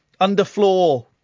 underfloor